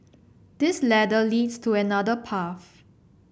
this ladder leads to another path